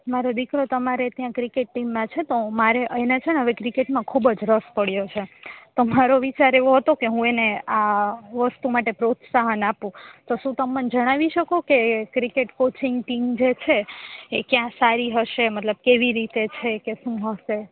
મારો દીકરો તમારે ત્યાં ક્રિકેટ ટીમમાં છે તો મારે એને છેને હવે ક્રિકેટમાં ખૂબ જ રસ પડ્યો છે તો મારો વિચાર એવો હતો કે હું એને આ વસ્તુ માટે પ્રોત્સાહન આપું તો શું તમ મન જણાવી શકો કે ક્રિકેટ કોચિંગ ટીમ જે છે એ ક્યા સારી હશે મતલબ કેવી રીતે છે કે શું હશે